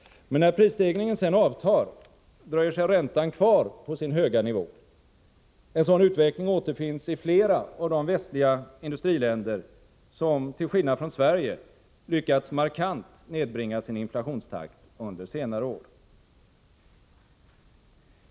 Men när prisstegringen sedan avtar, dröjer sig räntan kvar på sin höga nivå. En sådan utveckling återfinns i flera av de västliga industriländer som till skillnad från Sverige lyckats markant nedbringa sin inflationstakt under senare år.